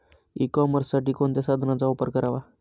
E कॉमर्ससाठी कोणत्या साधनांचा वापर करावा?